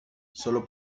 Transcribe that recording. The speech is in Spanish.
solo